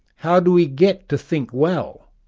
how do we get to think well?